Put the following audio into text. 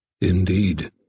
Indeed